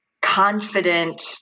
confident